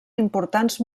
importants